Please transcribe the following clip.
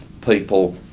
people